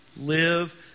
Live